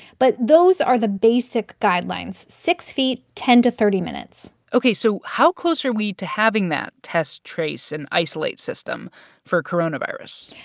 but those are the basic guidelines six feet ten to thirty minutes ok. so how close are we to having that test, trace and isolate system for coronavirus?